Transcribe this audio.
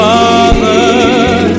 Father